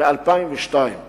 ובמיוחד לציון של הרשב"י.